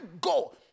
go